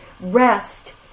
rest